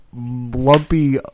lumpy